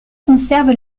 conserve